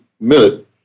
minute